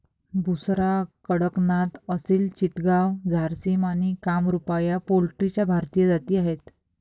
बुसरा, कडकनाथ, असिल चितगाव, झारसिम आणि कामरूपा या पोल्ट्रीच्या भारतीय जाती आहेत